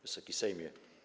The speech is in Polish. Wysoki Sejmie!